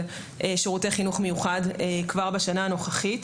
שירותי חינוך מיוחד כבר בשנה הנוכחית.